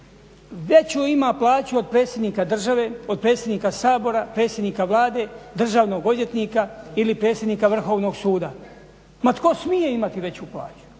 veću ima plaću od predsjednika države, od predsjednika Sabora, predsjednika Vlade, državnog odvjetnika ili predsjednika Vrhovnog suda. Ma tko smije imati veću plaću?